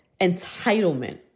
entitlement